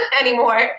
anymore